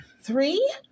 Three